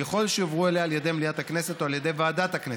ככל שיועברו אליה על ידי מליאת הכנסת או על ידי ועדת הכנסת.